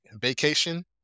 vacation